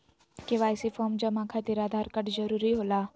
KYC form जमा खातिर Aadhaar card जरूरी होला?